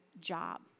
job